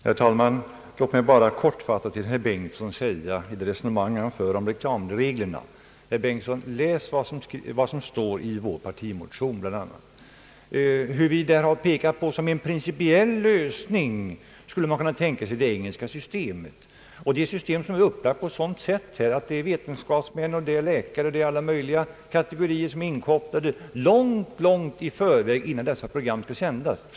Herr talman! Låt mig bara säga några ord till herr Bengtson beträffande det resonemang han för om reklamreglerna. Herr Bengtson! Läs vad som står bland annat i vår partimotion, där vi pekar på att man som en principiell lösning skulle kunna tänka sig det engelska systemet. Detta system är upplagt så att vetenskapsmän, läkare och alla möjliga kategorier är inkopplade långt innan programmet skall sändas.